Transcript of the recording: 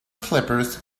slippers